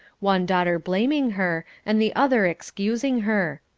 one daughter blaming her, and the other excusing her.